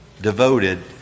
devoted